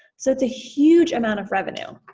so it's a huge amount of revenue.